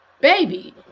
baby